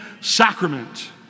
sacrament